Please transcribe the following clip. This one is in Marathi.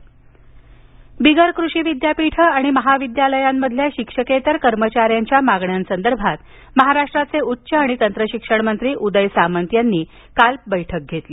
उदय सामंत बिगर कृषी विद्यापीठे आणि महाविद्यालयांमधील शिक्षकेतर कर्मचाऱ्यांच्या मागण्यांसंदर्भात राज्याचे उच्च आणि तंत्र शिक्षण मंत्री उदय सामंत यांनी काल बैठक घेतली